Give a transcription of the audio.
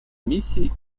миссии